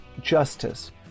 justice